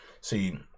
see